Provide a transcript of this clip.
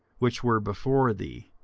which were before thee,